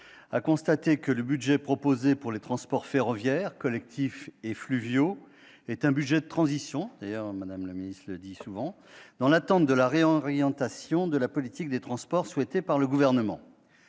a constaté que le budget proposé pour les transports ferroviaires, collectifs et fluviaux est un budget de transition- une expression souvent employée par Mme la ministre -, dans l'attente de la réorientation de la politique des transports souhaitée par le Gouvernement.